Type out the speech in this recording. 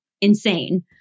insane